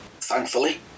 thankfully